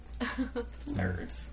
Nerds